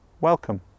Welcome